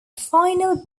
final